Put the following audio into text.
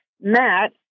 Matt